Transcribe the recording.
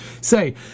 say